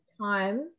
time